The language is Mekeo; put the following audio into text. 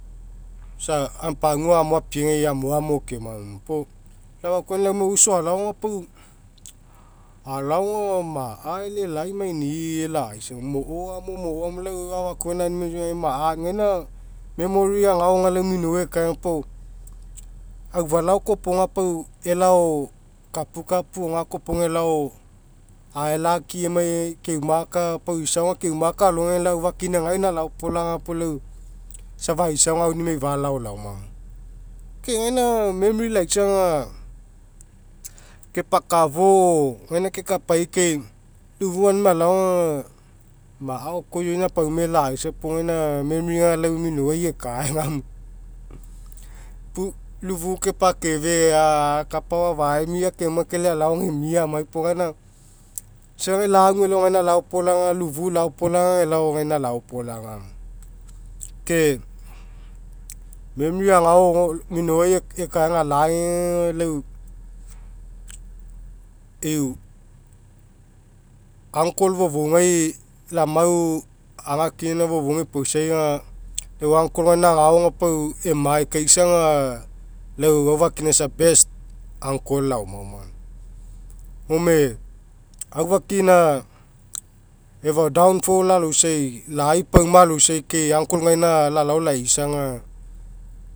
Isa pagua gamo apiegai amoamo keoma moia. Puo lau afakau lai aumai oiso alao aga pau alao aga ma'a e'elelai maini'i ela'aisa moia. Mo'oamo mo'oamo lau afakuau gaina aunimai loisa aga lai ma'a ani gaina memory agao aga lau nunouai ekaega pao aufalao agao kopoga pau elao kapukapu gakua kopoga elao ae'lucky emai keumaka pau isaoga keumaka alogai iau aufakina gaina lao polaga puo lau isa faisaoga aunimai palao laoma moia. Ke gaina aga memory laisa aga kepakafo'o gaina kekapaikai lau ifu aunimai alao aga ma'a okoiaina pauma ela'aisa puo gama memory aga lau minougai ekaega moia lau ufu kepakefe a kapao afaemia keoma kai lai alao aga emia amai puo gaina isaga lagu elao gaina laopolaga lau ufu laopolaga elao gaina laopolaga moia ke memory agao minouai ekaega ala'agege agu lau eu- uncle fofougai lau amau aga akina gaina fofougai epoisai aga au uncle gaina agao aga emae kai isa aga lau aufakina isa aga iau best uncle laomoma moia. Gome aufakina efau downfall aloisai laipauma aloisai kai uncle gaina lalao laisa aga.